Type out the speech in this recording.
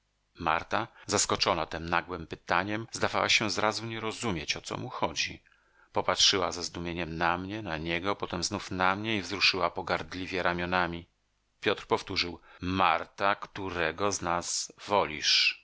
marta zaskoczona tem nagłem pytaniem zdawała się zrazu nie rozumieć o co mu chodzi popatrzyła ze zdumieniem na mnie na niego potem znów na mnie i wzruszyła pogardliwie ramionami piotr powtórzył marta którego z nas wolisz